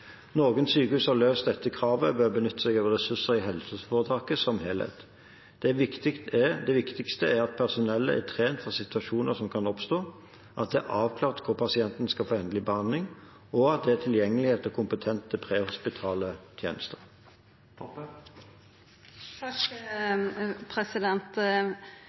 Noen sykehus har løst dette kravet ved å benytte seg av ressurser i helseforetaket som helhet. Det viktigste er at personellet er trent for situasjoner som kan oppstå, at det er avklart hvor pasienten skal få endelig behandling, og at det er tilgjengelighet til kompetente prehospitale tjenester.